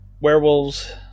Werewolves